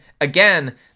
again